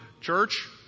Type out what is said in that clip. church